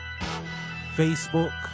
Facebook